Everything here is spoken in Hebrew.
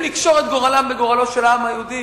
לקשור את גורלם בגורלו של העם היהודי,